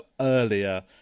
earlier